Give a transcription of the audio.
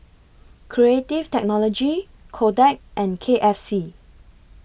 Creative Technology Kodak and K F C